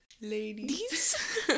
ladies